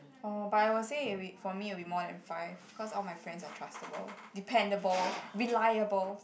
orh but I would say for me it would be more than five cause all my friends are trustable dependable reliable